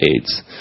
AIDS